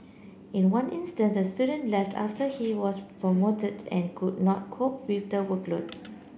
in one instance a student left after he was promoted and could not cope with the workload